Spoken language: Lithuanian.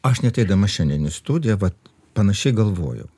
aš net eidamas šiandien į studiją vat panašiai galvojau